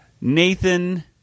Nathan